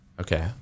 Okay